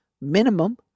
minimum